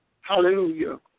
Hallelujah